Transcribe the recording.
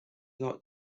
not